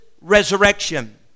resurrection